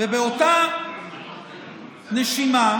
ובאותה נשימה